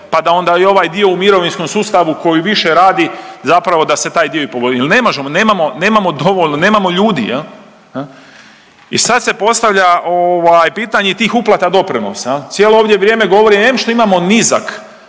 pa da onda i ovaj dio u mirovinskom sustavu koji više radi zapravo da se taj dio i jel ne možemo nemamo dovoljno, nemamo ljudi. I sad se postavlja pitanje tih uplata doprinosa, cijelo ovdje vrijeme govorim em što imamo niski